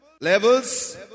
levels